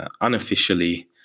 unofficially